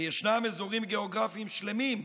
וישנם אזורים גיאוגרפיים שלמים,